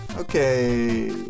Okay